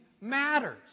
matters